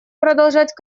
продолжать